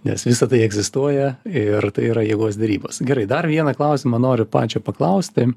nes visa tai egzistuoja ir tai yra jėgos derybos gerai dar vieną klausimą noriu pačio paklausti